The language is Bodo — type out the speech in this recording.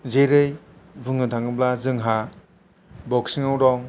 जेरै बुंनो थाङोब्ला जोंहा बक्सिंयाव दं